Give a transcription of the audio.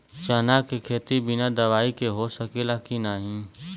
चना के खेती बिना दवाई के हो सकेला की नाही?